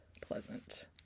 pleasant